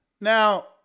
Now